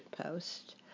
post